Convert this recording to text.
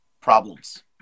problems